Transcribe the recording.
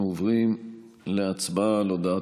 אנחנו עוברים להצבעה על הודעת הממשלה.